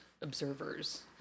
observers